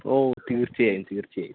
ഓ തീർച്ചയായും തീർച്ചയായും